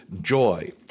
joy